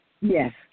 Yes